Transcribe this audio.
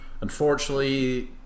Unfortunately